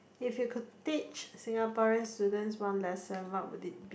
if you could teach Singaporean students one lesson what would it be